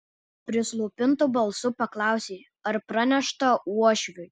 prislopintu balsu paklausė ar pranešta uošviui